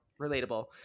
Relatable